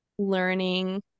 learning